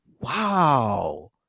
wow